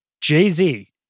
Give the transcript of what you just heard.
Jay-Z